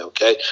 Okay